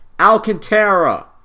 Alcantara